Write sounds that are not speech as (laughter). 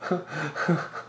(laughs)